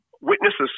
witnesses